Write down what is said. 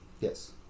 Yes